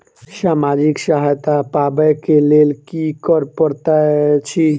सामाजिक सहायता पाबै केँ लेल की करऽ पड़तै छी?